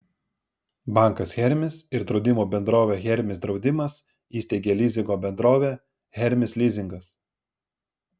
bankas hermis ir draudimo bendrovė hermis draudimas įsteigė lizingo bendrovę hermis lizingas